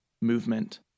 movement